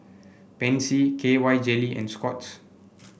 Pansy K Y Jelly and Scott's